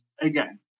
again